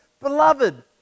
Beloved